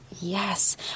Yes